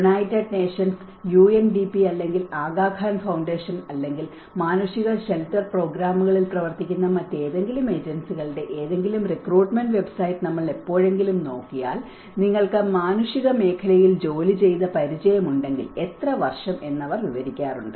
United nations UNDP അല്ലെങ്കിൽ Aga Khan foundation അല്ലെങ്കിൽ മാനുഷിക ഷെൽട്ടർ പ്രോഗ്രാമുകളിൽ പ്രവർത്തിക്കുന്ന മറ്റേതെങ്കിലും ഏജൻസികളുടെ ഏതെങ്കിലും റിക്രൂട്ട്മെന്റ് വെബ്സൈറ്റ് നമ്മൾ എപ്പോഴെങ്കിലും നോക്കിയാൽ നിങ്ങൾക്ക് മാനുഷിക മേഖലയിൽ ജോലി ചെയ്ത പരിചയമുണ്ടെങ്കിൽ എത്ര വർഷം എന്ന് അവർ വിവരിക്കാറുണ്ട്